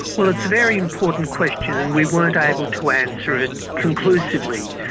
well, it's a very important question and we weren't able to answer it conclusively.